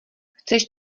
chceš